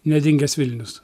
nedingęs vilnius